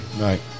Right